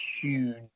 huge